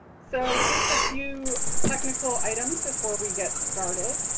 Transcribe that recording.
so just a few technical items before we get started.